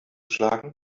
schlagen